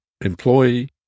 employee